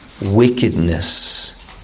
wickedness